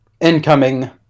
incoming